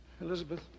Elizabeth